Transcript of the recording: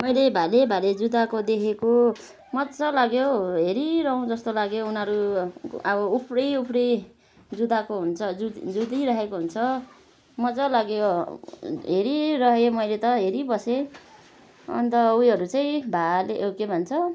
मैले भाले भाले जुधाएको देखेको मजा लाग्यो हेरिरहुँ जस्तो लाग्यो उनीहरू अब उफ्री उफ्री जुदाएको हुन्छ जुदिराखेको हुन्छ मजा लाग्यो हेरिरहेँ मैले त हेरिबसेँ अन्त उयोहरू चाहिँ भाले के भन्छ